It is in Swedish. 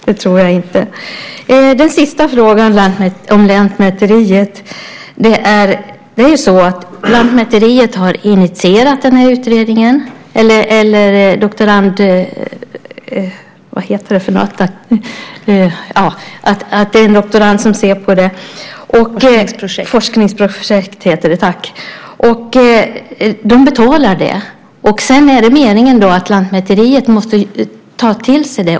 Det tror jag inte. Den sista frågan gällde Lantmäteriet. Det är ju så att Lantmäteriet har initierat att en doktorand ska se på det här i ett forskningsprojekt, och de betalar det. Sedan är det meningen att Lantmäteriet måste ta till sig det.